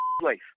place